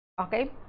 okay